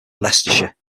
leicestershire